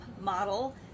model